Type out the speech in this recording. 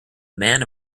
man